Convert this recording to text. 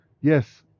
Yes